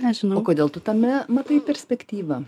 o kodėl tu tame matai perspektyvą